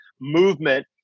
movement